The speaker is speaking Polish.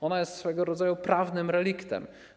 Ona jest swego rodzaju prawnym reliktem.